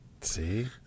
See